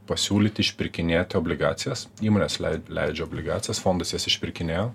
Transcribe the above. pasiūlyti išpirkinėti obligacijas įmonės leidžia obligacijas fondas jas išpirkinėja